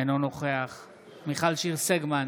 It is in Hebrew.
אינו נוכח מיכל שיר סגמן,